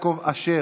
חבר הכנסת יעקב אשר,